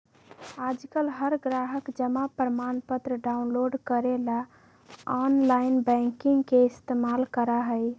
आजकल हर ग्राहक जमा प्रमाणपत्र डाउनलोड करे ला आनलाइन बैंकिंग के इस्तेमाल करा हई